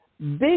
big